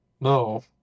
No